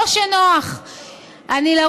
מה שנוח ומה